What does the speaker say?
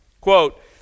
quote